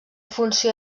funció